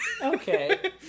okay